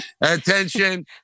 attention